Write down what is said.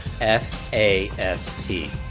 F-A-S-T